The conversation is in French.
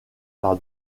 par